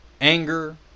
anger